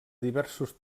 diferents